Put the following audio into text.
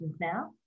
now